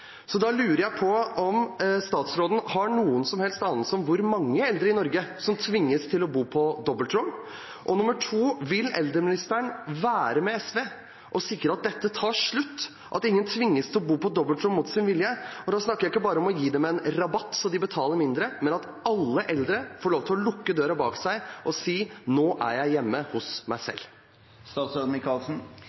Så da lurer jeg på om statsråden har noen som helst anelse om hvor mange eldre i Norge som tvinges til å bo på dobbeltrom. Og spørsmål nummer to: Vil eldreministeren være med SV på å sikre at dette tar slutt, at ingen tvinges til å bo på dobbeltrom mot sin vilje? Og da snakker jeg ikke bare om å gi dem en rabatt så de betaler mindre, men at alle eldre får lov til å lukke døra bak seg og si at nå er jeg hjemme hos meg